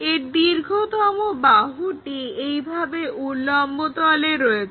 এর দীর্ঘতম বাহুটি এইভাবে উল্লম্ব তলে রয়েছে